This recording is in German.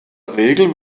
regel